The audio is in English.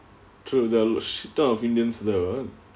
true there are shit ton of indians there ah